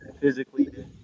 physically